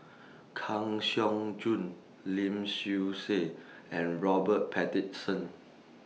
Kang Siong Joo Lim Swee Say and Robert